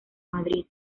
madrid